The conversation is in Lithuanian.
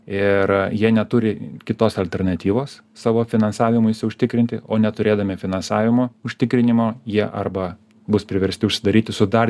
ir jie neturi kitos alternatyvos savo finansavimuisi užtikrinti o neturėdami finansavimo užtikrinimo jie arba bus priversti užsidaryti su dar